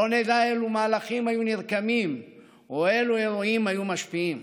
לא נדע אילו מהלכים היו נרקמים או אילו אירועים היו משפיעים.